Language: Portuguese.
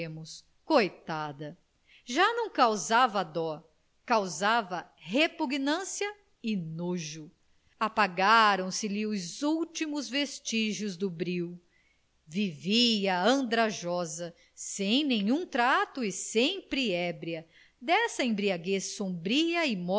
extremos coitada já não causava dó causava repugnância e nojo apagaram se lhe os últimos vestígios do brio vivia andrajosa sem nenhum trato e sempre ébria dessa embriaguez sombria